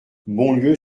bonlieu